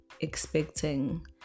expecting